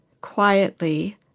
quietly